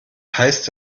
heißt